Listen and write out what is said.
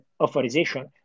authorization